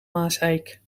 maaseik